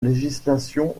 législation